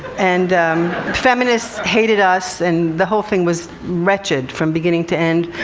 and feminists hated us, and the whole thing was wretched from beginning to end.